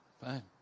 Fine